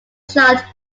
chart